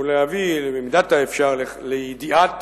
ולהביא במידת האפשר לידיעת